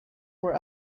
were